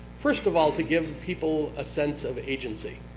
first of all, to give people a sense of agency,